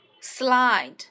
Slide